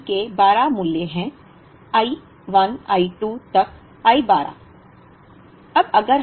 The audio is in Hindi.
तो अंत सूची के 12 मान मूल्य हैं I 1 I 2 तक I 12